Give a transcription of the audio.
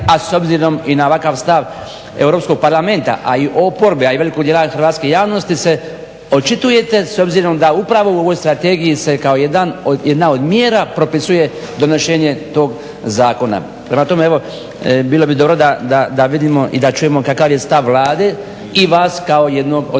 a s obzirom i na ovakav stav Europskog parlamenta, a oporbe i velikog dijela hrvatske javnosti se očitujete s obzirom da upravo u ovoj strategiji se kao jedna od mjera propisuje donošenje tog zakona. Prema tome, bilo bi dobro da vidimo i da čujemo kakav je stav Vlade i vas kao jednog od autora